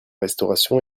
restauration